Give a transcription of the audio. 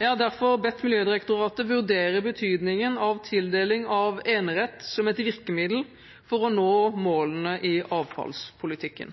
Jeg har derfor bedt Miljødirektoratet vurdere betydningen av tildeling av enerett som et virkemiddel for å nå målene i avfallspolitikken.